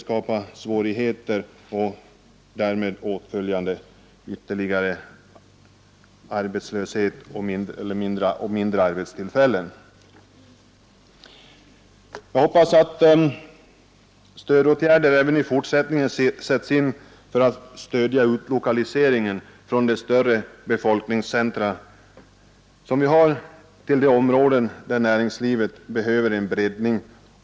Sådana åtgärder är nödvändiga om man inte skall skapa svårigheter som medför ytterligare Jag hoppas att stödåtgärder även i fortsättningen skall sättas in för att stödja utlokaliseringen från våra större befolkningscentra till de områden där näringslivet behöver en breddning.